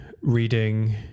reading